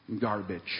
garbage